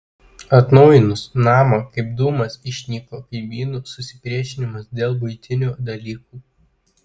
atnaujinus namą kaip dūmas išnyko kaimynų susipriešinimas dėl buitinių dalykų